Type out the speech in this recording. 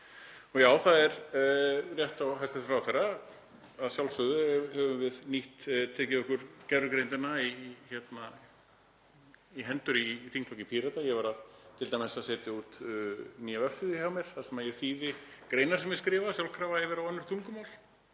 Já, það er rétt hjá hæstv. ráðherra, að sjálfsögðu höfum við tekið okkur gervigreindina á hendur í þingflokki Pírata. Ég var t.d. að setja út nýja vefsíðu hjá mér þar sem ég þýði greinar sem ég skrifa sjálfkrafa yfir á önnur tungumál